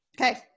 okay